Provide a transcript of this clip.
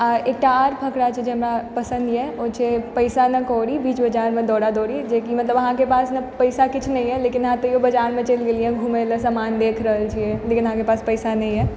आ एकटा आओर फकड़ा छै जे हमरा पसन्दए ओ छै पैसा न कौड़ी बीच बाजारमे दौड़ा दौड़ी जेकि मतलब अहाँकेँ पास नऽ पैसा किछ नहिए लेकिन अहाँ तहियो बाजारमऽ अहाँ चलि गेलियै घुमलै समान देखि रहल छी लेकिन अहाँकेँ पास पैसा नहिए